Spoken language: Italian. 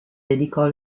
dedicò